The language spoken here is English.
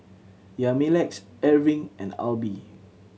Yamilex Erving and Alby